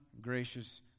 gracious